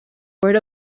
word